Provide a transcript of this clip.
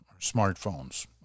smartphones